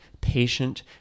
Patient